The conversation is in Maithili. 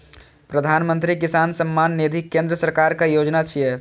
प्रधानमंत्री किसान सम्मान निधि केंद्र सरकारक योजना छियै